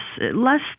less